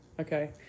okay